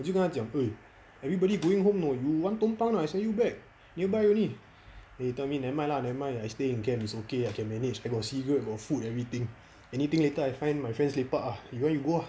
我就跟他讲 everybody going home know you want tobang or not I send you back nearby only then he tell me never mind lah never mind I stay in camp it's okay I can manage got cigarette got food everything anything later I find my friends lepak ah you want you go ah